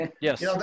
Yes